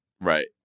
Right